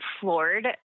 floored